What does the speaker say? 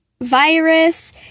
virus